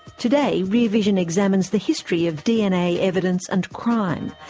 today, rear vision examines the history of dna evidence and crime,